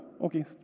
okay